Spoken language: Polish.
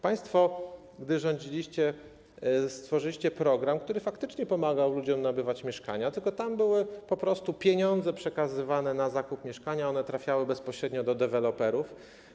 Państwo, gdy rządziliście, stworzyliście program, który faktycznie pomagał ludziom nabywać mieszkania, tylko tam pieniądze przekazywane na zakup mieszkania trafiały bezpośrednio do deweloperów.